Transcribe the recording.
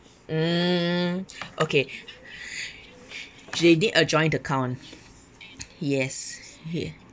mm okay they need a joint account yes he